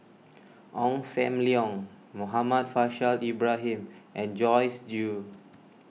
Ong Sam Leong Muhammad Faishal Ibrahim and Joyce Jue